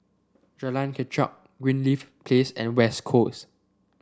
Jalan Kechot Greenleaf Place and West Coast